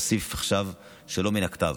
אוסיף עכשיו שלא מן הכתב.